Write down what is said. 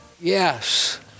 Yes